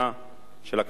של הכנסת הזאת,